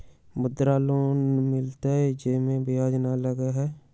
मुद्रा लोन मिलहई जे में ब्याज न लगहई?